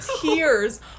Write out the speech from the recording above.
tears